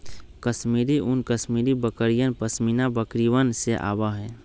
कश्मीरी ऊन कश्मीरी बकरियन, पश्मीना बकरिवन से आवा हई